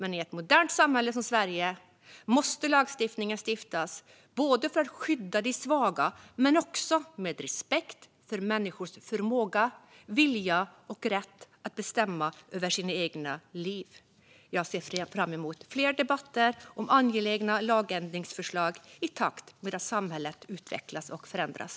I ett modernt samhälle som Sverige måste dock lagar stiftas för att skydda de svaga samtidigt som vi behåller respekten för människors förmåga, vilja och rätt att bestämma över sina liv. Jag ser fram emot fler debatter om angelägna lagändringsförslag i takt med att samhället utvecklas och förändras.